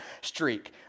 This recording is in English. streak